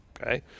Okay